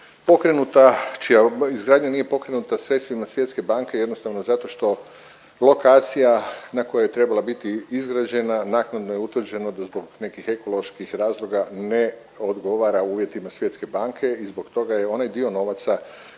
pokrenuta, čija izgradnja nije pokrenuta sredstvima Svjetske banke jednostavno zato što lokacija na kojoj je trebala biti izgrađena nakon utvrđenog zbog nekih ekoloških razloga ne odgovara uvjetima Svjetske banke i zbog toga je onaj dio novaca